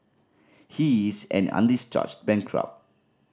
he is an undischarged bankrupt